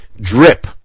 drip